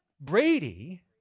Brady